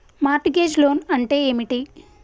Mart gauge loan అంటే ఏమిటి?